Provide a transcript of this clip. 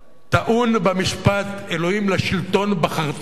טעון במשפט "אלוהים לשלטון בחרתנו".